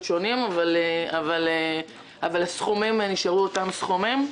שונים אבל הסכומים נשארו אותם סכומים.